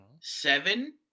seven